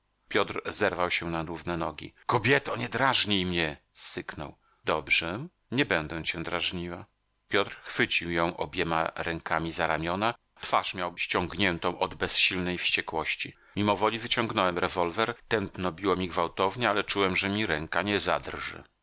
piotr zerwał się na równe nogi kobieto nie drażnij mnie syknął dobrze nie będę cię drażniła piotr chwycił ją obiema rękami za ramiona twarz miał ściągniętą od bezsilnej wściekłości mimowoli wyciągnąłem rewolwer tętno biło mi gwałtownie ale czułem że mi ręka nie